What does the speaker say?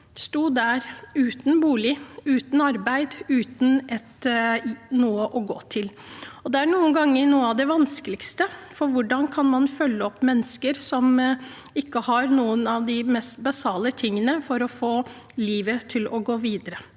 sto der uten bolig, uten arbeid, uten noe å gå til. Det er noen ganger noe av det vanskeligste, for hvordan kan man følge opp mennesker som ikke har noen av de mest basale tingene for å få livet til å gå videre?